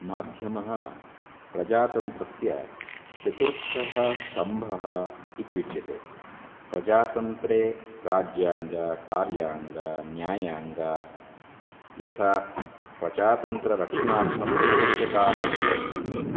माध्यमः प्रजातन्त्रस्य चतुर्थः स्तम्भः इत्युच्यते प्रजातन्त्रे राज्यङ्गकार्याङ्गन्याङ्ग यथा प्रजातन्त्ररक्षणार्थम् अवश्यकाः भवन्ति